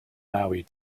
maui